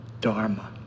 dharma